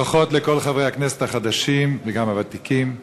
ברכות לכל חברי הכנסת החדשים וגם לוותיקים.